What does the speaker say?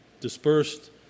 dispersed